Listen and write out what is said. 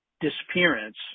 disappearance